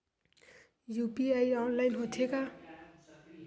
UPI online होथे का?